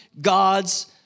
God's